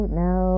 no